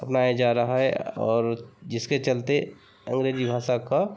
अपनाया जा रहा है और जिसके चलते अंग्रेज़ी भाषा का